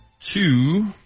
two